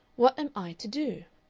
what am i to do?